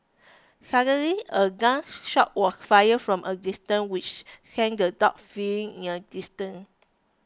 suddenly a gun shot was fired from a distance which sent the dogs fleeing in an instant